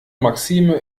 maxime